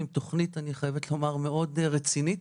עם תכנית אני חייבת לומר מאוד רצינית.